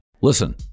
Listen